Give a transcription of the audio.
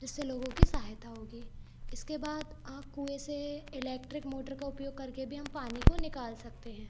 जिससे लोगों की सहायता होगी इसके बाद आप कुएँ से इलेक्ट्रिक मोटर का उपयोग करके भी हम पानी को निकाल सकते हैं